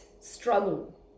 struggle